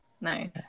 Nice